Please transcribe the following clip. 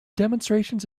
demonstrations